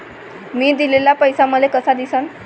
मी दिलेला पैसा मले कसा दिसन?